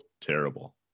terrible